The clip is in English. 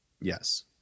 Yes